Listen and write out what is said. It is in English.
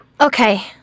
Okay